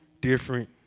different